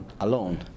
Alone